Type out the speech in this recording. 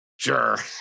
sure